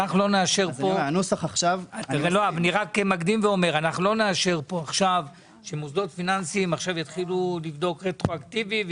אנחנו לא נאשר כאן עכשיו שמוסדות פיננסיים יתחילו לבדוק רטרואקטיבית.